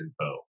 info